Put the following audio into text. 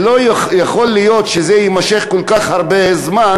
לא יכול להיות שזה יימשך כל כך הרבה זמן,